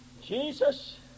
jesus